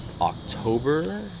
October